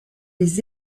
les